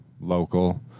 local